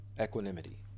equanimity